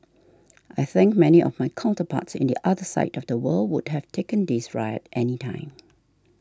I think many of my counterparts in the other side of the world would have taken this riot any time